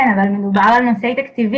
כן, אבל זה נושא תקציבים.